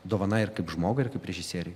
dovana ir kaip žmogui ir kaip režisieriui